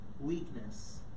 weakness